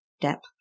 depth